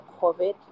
COVID